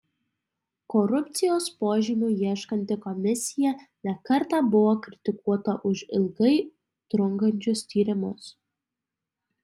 korupcijos požymių ieškanti komisija ne kartą buvo kritikuota už ilgai trunkančius tyrimus